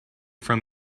from